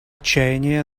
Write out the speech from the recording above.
чаяния